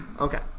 Okay